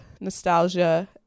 nostalgia